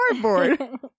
cardboard